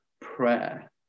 prayer